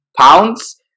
pounds